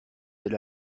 elle